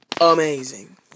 amazing